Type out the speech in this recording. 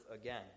again